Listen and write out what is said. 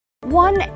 One